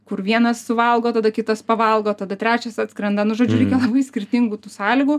kur vienas suvalgo tada kitas pavalgo tada trečias atskrenda nu žodžiu reikia labai skirtingų tų sąlygų